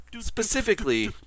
specifically